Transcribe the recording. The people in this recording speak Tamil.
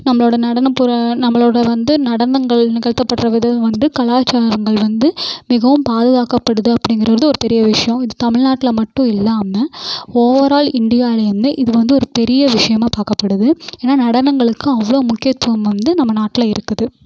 நம்மளோட நடனப்புற நம்மளோட வந்து நடனங்கள் நிகழ்த்தப்படுற விதம் வந்து கலாச்சாரங்கள் வந்து மிகவும் பாதுகாக்கப்படுது அப்படிங்கிறது ஒரு பெரிய விஷயம் இது தமிழ்நாட்டில் மட்டும் இல்லாமல் ஓவரால் இண்டியாவிலயுமே இது வந்து ஒரு பெரிய விஷயமா பார்க்கப்படுது ஏன்னால் நடனங்களுக்கு அவ்வளோ முக்கியத்துவம் வந்து நம்ம நாட்டில் இருக்குது